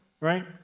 right